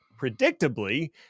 Predictably